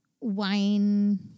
wine